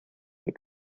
but